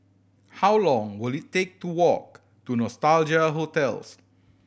how long will it take to walk to Nostalgia Hotels